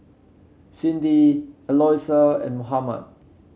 Cindi Eloisa and Mohammad